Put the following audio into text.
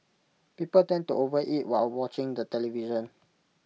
people tend to overeat while watching the television